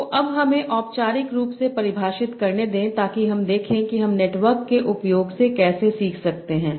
तो अब हमें औपचारिक रूप से परिभाषित करने दें ताकि हम देखें कि हम नेटवर्क के उपयोग से कैसे सीख सकते हैं